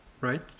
right